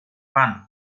vano